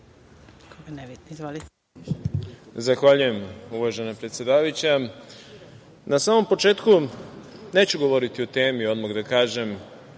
Zahvaljujem, uvažena predsedavajuća. Na samom početku neću govoriti o temi, odmah da kažem,